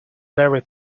very